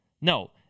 no